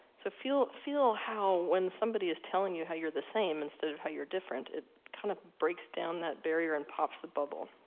so, feel feel how when somebody is telling you how you're literally the same instead of how you're different, it kind of breaks down that barrier and pops the bubble.